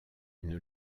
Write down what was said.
une